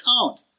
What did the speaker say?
account